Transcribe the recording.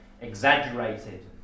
exaggerated